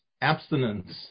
abstinence